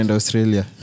Australia